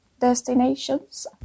destinations